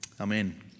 amen